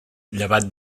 llevat